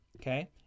okay